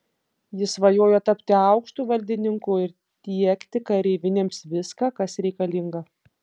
jis svajojo tapti aukštu valdininku ir tiekti kareivinėms viską kas reikalinga